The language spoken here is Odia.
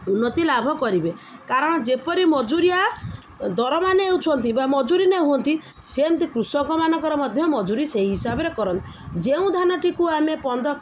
ଉନ୍ନତି ଲାଭ କରିବେ କାରଣ ଯେପରି ମଜୁରିଆ ଦରମା ନେଉଛନ୍ତି ବା ମଜୁରି ନେଉ ହୁଅନ୍ତି ସେମିତି କୃଷକମାନଙ୍କର ମଧ୍ୟ ମଜୁରି ସେଇ ହିସାବରେ କରନ୍ତି ଯେଉଁ ଧାନଟିକୁ ଆମେ ପନ୍ଦର